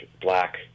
black